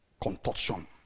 contortion